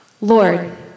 Lord